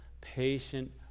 patient